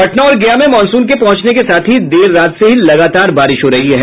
पटना और गया में मॉनसून के पहुंचने के साथ हीं देर रात से हीं लगातार बारिश हो रही है